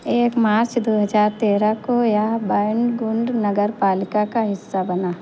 एक मार्च दो हजार तेरह को यह बैंड गुंड नगरपालिका का हिस्सा बना